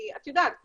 את יודעת,